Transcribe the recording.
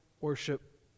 worship